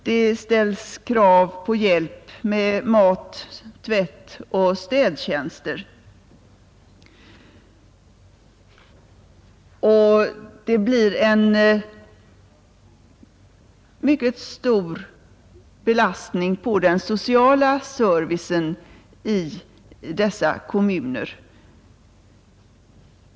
Det ställs krav på hjälp med mat, tvätt och städtjänster. Det blir en mycket stor belastning på den sociala servicen i dessa kommuner.